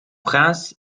prince